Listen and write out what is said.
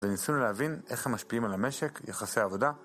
וניסינו להבין איך הם משפיעים על המשק, יחסי העבודה.